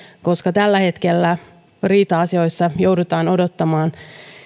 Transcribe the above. koska tällä hetkellä riita asioissa joudutaan odottamaan